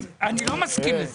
אני לא מסכים עם זה.